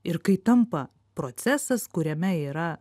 ir kai tampa procesas kuriame yra